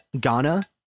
Ghana